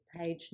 page